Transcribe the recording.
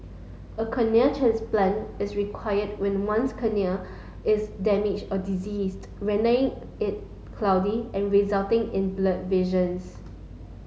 a corneal transplant is required when one's cornea is damaged or diseased it cloudy and resulting in blurred visions